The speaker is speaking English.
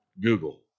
Google